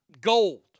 gold